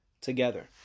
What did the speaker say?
together